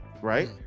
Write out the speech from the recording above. right